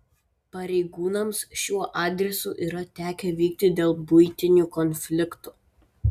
pareigūnams šiuo adresu yra tekę vykti dėl buitinių konfliktų